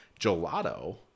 gelato